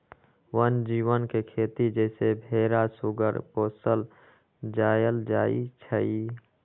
वन जीव के खेती जइसे भेरा सूगर पोशल जायल जाइ छइ